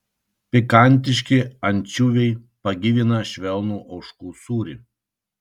pikantiški ančiuviai pagyvina švelnų ožkų sūrį